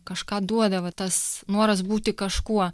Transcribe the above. kažką duodavo tas noras būti kažkuo